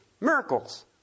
Miracles